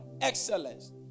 excellence